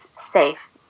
safe